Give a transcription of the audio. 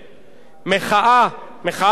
מחאה, מחאה דמוקרטית,